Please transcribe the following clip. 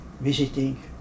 Visiting